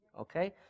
okay